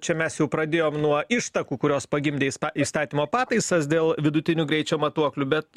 čia mes jau pradėjom nuo ištakų kurios pagimdė įstatymo pataisas dėl vidutinių greičio matuoklių bet